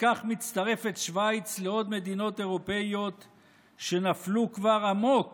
בכך מצטרפת שווייץ לעוד מדינות אירופיות שנפלו כבר עמוק